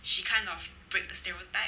she kind of break the stereotype